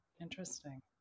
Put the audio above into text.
Interesting